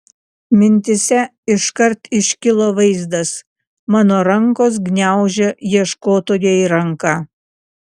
mintyse iškart iškilo vaizdas mano rankos gniaužia ieškotojai ranką